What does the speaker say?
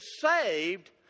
saved